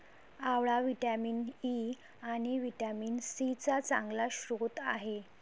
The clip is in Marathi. आवळा व्हिटॅमिन ई आणि व्हिटॅमिन सी चा चांगला स्रोत आहे